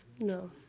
No